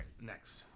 next